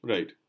Right